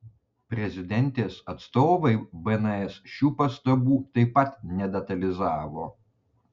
prezidentės atstovai bns šių pastabų taip pat nedetalizavo